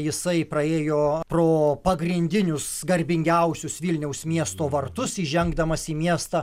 jisai praėjo pro pagrindinius garbingiausius vilniaus miesto vartus įžengdamas į miestą